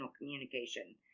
communication